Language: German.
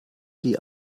die